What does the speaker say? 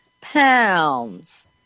pounds